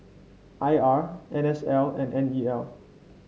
I R N S L and N E L